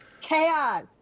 Chaos